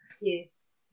yes